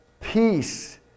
peace